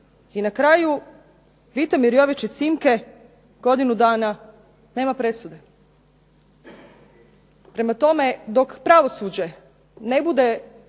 I na kraju, Vitomir Jovičić Simke, godinu dana nema presude. Prema tome, dok pravosuđe ne bude